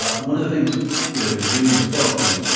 ah one of the things you know in doing this book and.